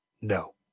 No